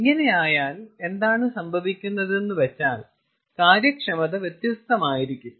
ഇങ്ങനെയായാൽ എന്താണ് സംഭവിക്കുന്നതെന്നു വെച്ചാൽ കാര്യക്ഷമത വ്യത്യസ്തമായിരിക്കും